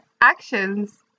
actions